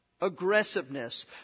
Aggressiveness